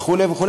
וכו' וכו'.